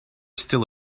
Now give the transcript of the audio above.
still